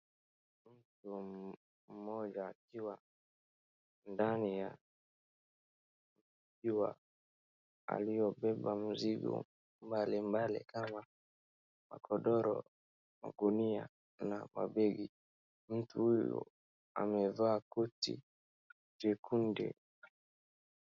Mtu mmoja akiwa ndani ya ziwa aliyobeba mzigo mbalimbali kama magodoro, magunia na mabegi. Mtu huyu amevaa koti jekundu.